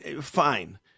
fine